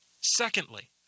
Secondly